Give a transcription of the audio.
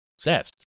zest